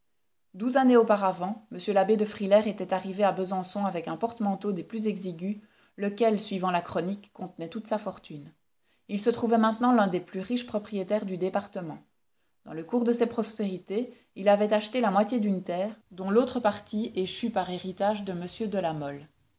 douze années auparavant m l'abbé de frilair était arrive à besançon avec un porte-manteau des plus exigus lequel suivant la chronique contenait toute sa fortune il se trouvait maintenant l'un des plus riches propriétaires du département dans le cours de ses prospérités il avait acheté la moitié d'une terre dont l'autre partie échut par héritage de m de la mole